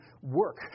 work